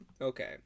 Okay